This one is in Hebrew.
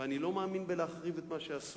ואני לא מאמין בלהחריב את מה שעשו